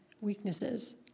weaknesses